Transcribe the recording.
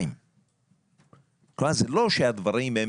זה לא שהדברים הם